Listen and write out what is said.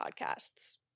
podcasts